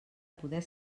poder